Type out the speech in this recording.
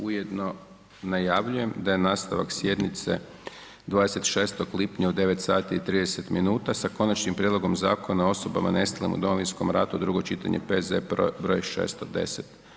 Ujedno najavljujem da je nastavak sjednice 26. lipnja u 9 sati i 30 minuta sa Konačnim prijedlogom Zakona o osobama nestalim u Domovinskom ratu, drugo čitanje, P.Z. br. 610.